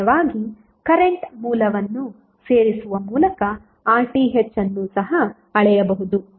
ಪರ್ಯಾಯವಾಗಿ ಕರೆಂಟ್ ಮೂಲವನ್ನು ಸೇರಿಸುವ ಮೂಲಕ RTh ಅನ್ನು ಸಹ ಅಳೆಯಬಹುದು